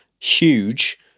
huge